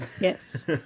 Yes